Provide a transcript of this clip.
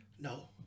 No